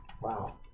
wow